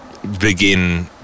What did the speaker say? Begin